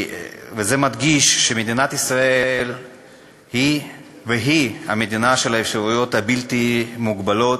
זה מדגיש שמדינת ישראל היא מדינה של אפשרויות בלתי מוגבלות,